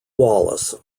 wallace